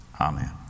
Amen